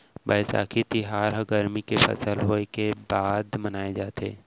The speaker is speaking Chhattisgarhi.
बयसाखी तिहार ह गरमी के फसल होय के बाद मनाए जाथे